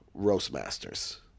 Roastmasters